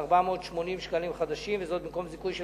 222,480 ש"ח, וזאת במקום זיכוי של